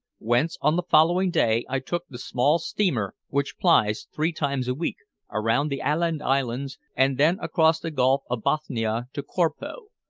whence on the following day i took the small steamer which plies three times a week around the aland islands, and then across the gulf of bothnia to korpo,